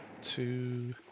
two